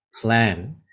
plan